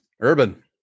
Urban